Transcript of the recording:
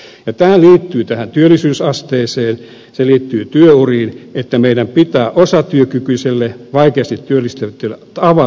ja tämä liittyy tähän työllisyysasteeseen se liittyy työuriin että meidän pitää osatyökykyiselle vaikeasti työllistettävälle avata työmarkkinoita